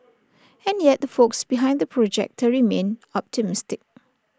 and yet the folks behind the projector remain optimistic